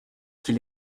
qu’il